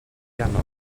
piano